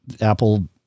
Apple